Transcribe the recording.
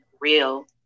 real